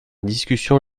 discussion